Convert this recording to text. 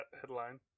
headline